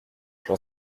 j’en